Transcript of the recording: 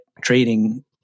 trading